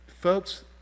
folks